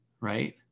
right